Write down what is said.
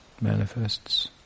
manifests